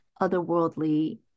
otherworldly